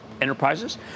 enterprises